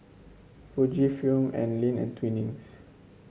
Fujifilm Anlene and Twinings